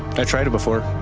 i tried it before.